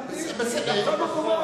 ועכשיו הוא קובע את זה.